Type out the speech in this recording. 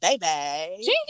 baby